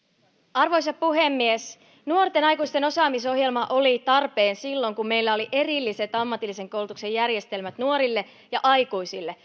arvoisa puhemies nuorten aikuisten osaamisohjelma oli tarpeen silloin kun meillä oli erilliset ammatillisen koulutuksen järjestelmät nuorille ja aikuisille